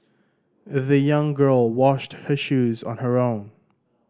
the young girl washed her shoes on her wrong